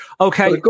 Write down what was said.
Okay